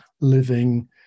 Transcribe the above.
living